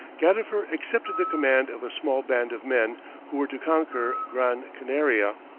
gadifer accepted the command of a small band of men who were to conquer gran canaria.